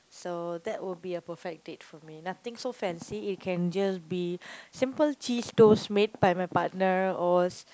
so that would be a perfect date for me nothing so fancy it can just be simple cheese toast made by my partner or